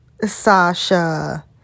Sasha